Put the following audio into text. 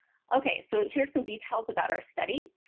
ok, so here's some details about our study.